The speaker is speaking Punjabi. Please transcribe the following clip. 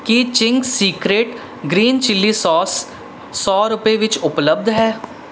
ਕੀ Ching's secret green chilli sauce ਸੌ ਰੁਪਏ ਵਿੱਚ ਉਪਲਬਧ ਹੈ